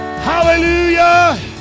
Hallelujah